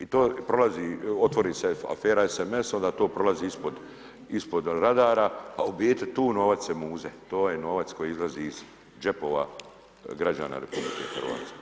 I to prolazi, otvori se afera SMS i onda to prolazi ispod radara a u biti tu novac se muze, to je novac koji izlazi iz džepova građana RH.